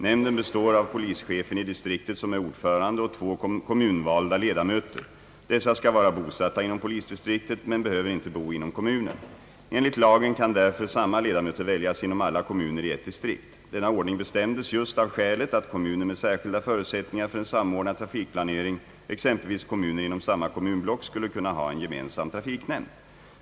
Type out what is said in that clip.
Nämnden består av polischefen i distriktet, som är ordförande, och två kommunvalda ledamöter. Dessa skall vara bosatta inom polisdistriktet men behöver inte bo inom kommunen. Enligt lagen kan därför samma ledamöter väljas inom alla kommuner i ett distrikt. Denna ordning bestämdes just av skälet att kommuner med särskilda förutsättningar för en samordnad trafikplanering — exempelvis kommuner inom samma kommunblock — skulle kunna ha en gemensam trafiknämnd.